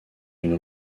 une